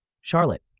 Charlotte